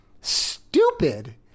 stupid